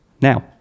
Now